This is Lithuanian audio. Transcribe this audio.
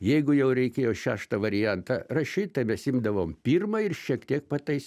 jeigu jau reikėjo šeštą variantą rašyt tai mes imdavom pirmą ir šiek tiek patais